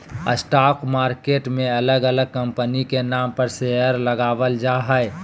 stock market मे अलग अलग कंपनी के नाम पर शेयर लगावल जा हय